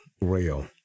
rail